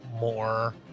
more